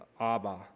Abba